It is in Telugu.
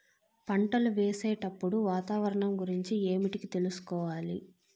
పంటలు వేసేటప్పుడు వాతావరణం గురించి ఏమిటికి తెలుసుకోవాలి?